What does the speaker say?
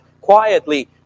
quietly